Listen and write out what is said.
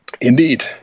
indeed